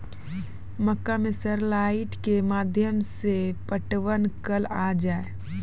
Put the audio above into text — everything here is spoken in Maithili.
मक्का मैं सर लाइट के माध्यम से पटवन कल आ जाए?